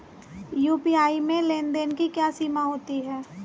UPI में लेन देन की क्या सीमा होती है?